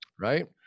Right